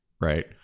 right